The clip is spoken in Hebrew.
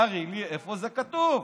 תראי לי איפה זה כתוב.